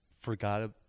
forgot